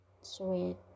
sweet